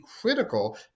critical